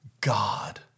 God